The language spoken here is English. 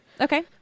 Okay